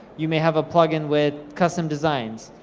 you may have a plugin with custom designs.